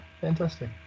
Fantastic